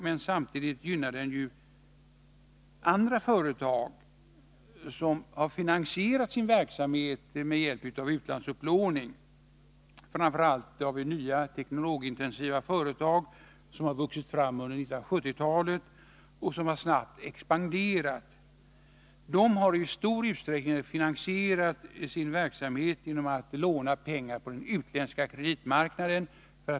Men samtidigt missgynnar den andra företag, som har finansierat sin verksamhet med hjälp av utlandsupplåning, framför allt de nya teknologiintensiva företag som har vuxit fram under 1970-talet och snabbt expanderat. De har i stor utsträckning finansierat sin verksamhet genom att låna pengar på den utländska kreditmarknaden.